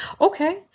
Okay